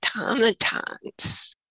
automatons